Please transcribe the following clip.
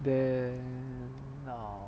then err